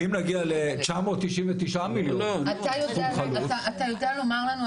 כי אם נגיע ל-999 מיליון סכום חלוט --- אתה יודע לומר לנו,